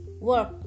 work